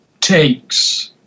takes